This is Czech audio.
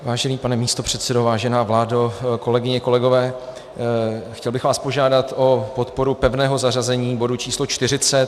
Vážený pane místopředsedo, vážená vládo, kolegyně, kolegové, chtěl bych vás požádat o podporu pevného zařazení bodu číslo 40.